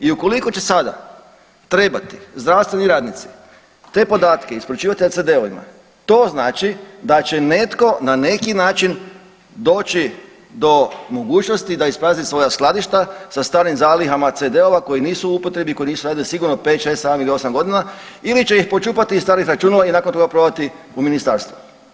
I ukoliko će sada trebati zdravstveni radnici te podatke isporučivati na CD-ovima to znači da će netko na neki način doći do mogućnosti da isprazni svoja skladišta sa starim zalihama CD-ova koji nisu u upotrebi koji nisu radili sigurno 5, 6, 7 ili 8 godina ili će ih počupati iz starih računala i nakon toga prodati u ministarstvo.